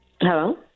Hello